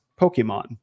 Pokemon